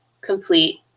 complete